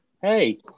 Hey